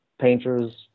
painters